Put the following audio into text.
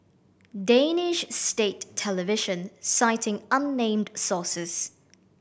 Danish state television citing unnamed sources